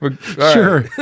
Sure